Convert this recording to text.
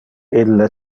ille